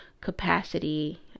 capacity